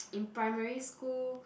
in primary school